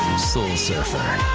soul surfer.